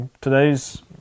today's